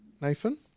Nathan